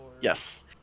Yes